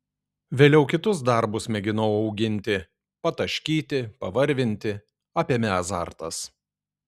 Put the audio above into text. vėliau kitus darbus mėginau auginti pataškyti pavarvinti apėmė azartas